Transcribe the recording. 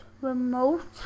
remote